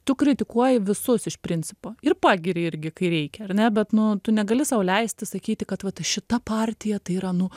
tu kritikuoji visus iš principo ir pagiri irgi kai reikia ar ne bet nu tu negali sau leisti sakyti kad vat šita partija tai yra nu